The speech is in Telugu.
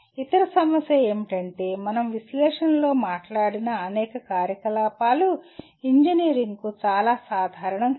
ఇతర సమస్య ఏమిటంటే మనం విశ్లేషణలో మాట్లాడిన అనేక కార్యకలాపాలు ఇంజనీరింగ్కు చాలా సాధారణం కాదు